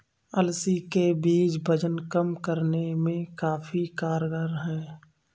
अलसी के बीज वजन कम करने में काफी कारगर है